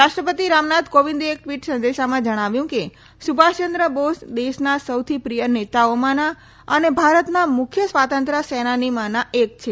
રાષ્ટ્રપતિ રામનાથ કોવિંદે એક ટ્વીટ સંદેશામાં જણાવ્યું કે સુભાષ ચંદ્ર બોઝ દેશના સૌથી પ્રિય નેતાઓમાંના અને ભારતના મુખ્ય સ્વાતંત્ર્ય સેનાનીમાંના એક છે